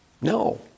No